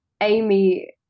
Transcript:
Amy